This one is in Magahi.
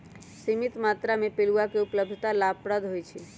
सीमित मत्रा में पिलुआ के उपलब्धता लाभप्रद होइ छइ